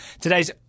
Today's